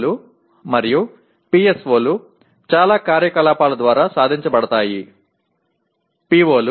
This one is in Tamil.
POக்கள் மற்றும் PSOக்கள் பல செயல்பாடுகளின் மூலம் அடையப்படுகின்றன